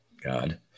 God